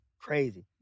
crazy